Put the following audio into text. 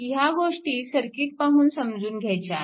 ह्या गोष्टी सर्किट पाहून समजून घ्यायच्या आहेत